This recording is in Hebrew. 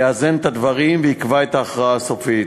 יאזן את הדברים ויקבע את ההכרעה הסופית.